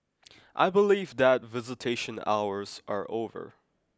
I believe that visitation hours are over